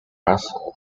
russell